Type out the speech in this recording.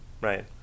Right